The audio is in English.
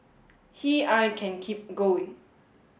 he I can keep going